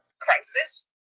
crisis